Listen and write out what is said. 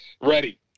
Ready